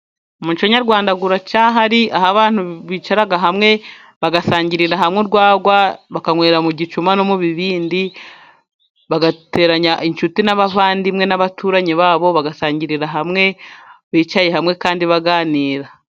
Muco nyarwanda uracyahari. Aho abantu bicara hamwe, bagasangirira hamwe urwagwa ,bakanywera mu gicuma no mu bibindi ,bagateranya inshuti n'abavandimwe n'abaturanyi babo bagasangirira hamwe bicaye hamwe kandi baganira.